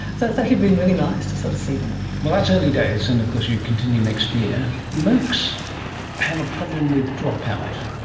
so it's actually been really nice to sort of see that. well, that's early days, and of course you continue next year. moocs have a problem with dropout,